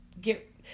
get